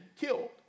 killed